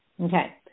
Okay